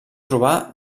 trobar